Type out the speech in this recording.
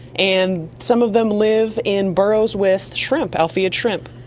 and some of them live in burrows with shrimp, alpheid shrimp.